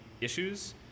issues